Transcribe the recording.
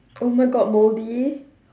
oh my god moldy